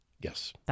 Yes